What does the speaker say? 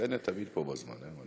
קסניה תמיד פה בזמן.